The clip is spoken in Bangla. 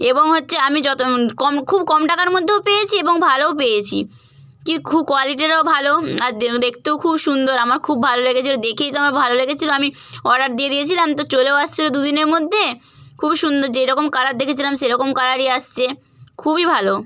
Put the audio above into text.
এবং হচ্ছে আমি যতো কম খুব কম টাকার মধ্যেও পেয়েছি এবং ভালোও পেয়েছি কি খুব কোয়ালিটিটাও ভালো আর দেখতেও খুব সুন্দর আমার খুব ভালো লেগেছিল দেখেই তো আমার ভালো লেগেছিল আমি অর্ডার দিয়ে দিয়েছিলাম তো চলেও এসেছিল দুদিনের মধ্যে খুবই সুন্দর যেরকম কালার দেখেছিলাম সেরকম কালারই আসছে খুবই ভালো